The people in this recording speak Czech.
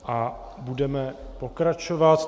A budeme pokračovat.